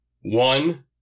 one